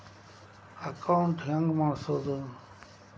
Account ಹೆಂಗ್ ಮಾಡ್ಸೋದು?